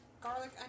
garlic